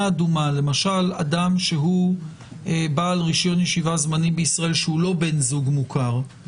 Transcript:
למשל אדם שהוא בעל רשיון ישיבה זמני בישראל שאינו בן זוג מוכר,